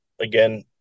again